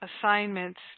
assignments